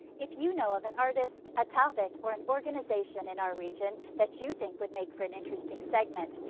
if you know of an artist, a topic or an organization in our region that you think would make for an interesting segment,